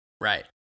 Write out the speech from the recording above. Right